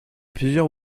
plusieurs